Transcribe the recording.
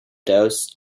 those